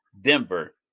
Denver